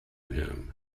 him